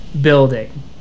building